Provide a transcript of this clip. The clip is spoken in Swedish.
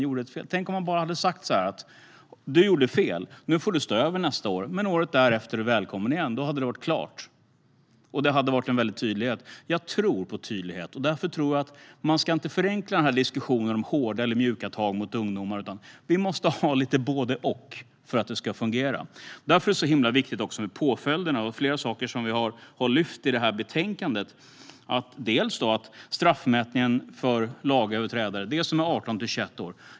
Tänk om man bara hade sagt: Du gjorde fel. Nu får du stå över nästa år. Men året därefter är du välkommen igen. Då hade detta varit klart, och det hade varit mycket tydligt. Jag tror på tydlighet. Därför tror jag inte att man ska förenkla denna diskussion om hårda eller mjuka tag mot ungdomar, utan vi måste ha lite både och för att det ska fungera. Därför är det också mycket viktigt med påföljderna, och vi har lyft fram flera saker i detta betänkande. Det handlar bland annat om straffmätningen för lagöverträdare som är 18-21 år.